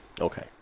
Okay